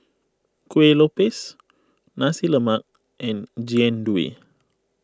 Kuih Lopes Nasi Lemak and Jian Dui